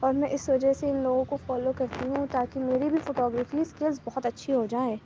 اور میں اِس وجہ سے اِن لوگوں کو فالو کرتی ہوں تا کہ میری بھی فوٹو گرافیز اسکلس بہت اچھی ہو جائیں